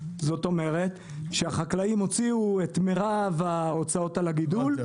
זאת אומרת שהחקלאים הוציאו את מרב ההוצאות על הגידול --- הבנתי.